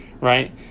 right